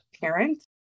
Parent